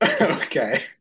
Okay